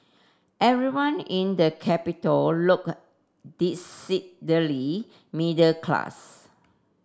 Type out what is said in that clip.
everyone in the capital looked decidedly middle class